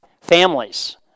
families